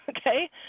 okay